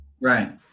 Right